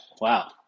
wow